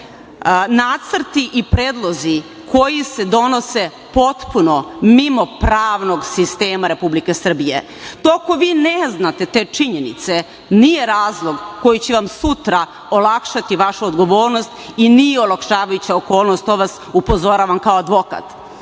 nacrti i predlozi koji se donose potpuno mimo pravnog sistema Republike Srbije. To ako vi ne znate te činjenice nije razlog koji će vam sutra olakšati vašu odgovornost i nije olakšavajuća okolnost, to vas upozoravam kao